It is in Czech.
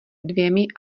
dvěmi